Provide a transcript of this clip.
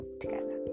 together